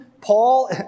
Paul